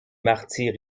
martyrs